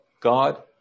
God